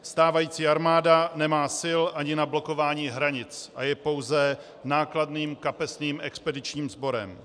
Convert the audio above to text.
Stávající armáda nemá sil ani na blokování hranic a je pouze nákladným kapesním expedičním sborem.